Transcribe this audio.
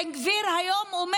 בן גביר אומר היום: